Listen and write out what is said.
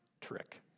trick